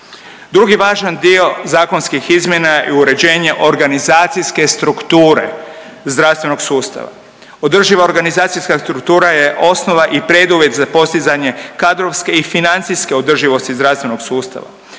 Drugi važan dio zakonskih izmjena je uređenje organizacijske strukture zdravstvenog sustava. Održiva organizacijska struktura je osnova i preduvjet za postizanje kadrovske i financijske održivosti zdravstvenog sustava.